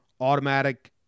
automatic